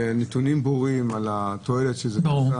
ונתונים ברורים על התועלת שזה --- ברור.